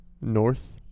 North